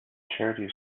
charity